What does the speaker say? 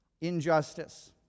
injustice